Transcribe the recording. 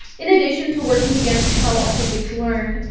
in addition to working against how autistics learn,